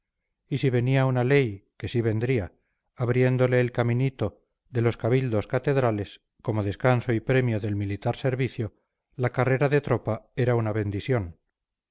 y si venía una ley que sí vendría abriéndole el caminito de los cabildos catedrales como descanso y premio del militar servicio la carrera de tropa era una bendisión